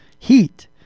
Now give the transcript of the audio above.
heat